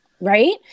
Right